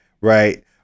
right